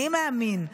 אני מאמין,